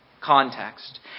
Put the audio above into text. context